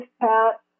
Pat